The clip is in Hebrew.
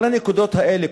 את כל הנקודות האלה,